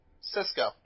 Cisco